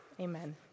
Amen